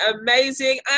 amazing